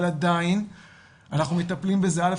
אבל עדיין אנחנו מטפלים בזה א.